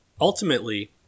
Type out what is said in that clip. Ultimately